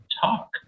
talk